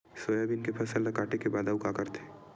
Soybean के फसल ल काटे के बाद आऊ का करथे?